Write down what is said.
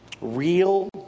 real